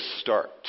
start